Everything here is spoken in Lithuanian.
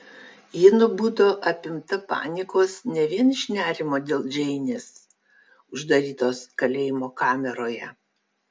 ji nubudo apimta panikos ne vien iš nerimo dėl džeinės uždarytos kalėjimo kameroje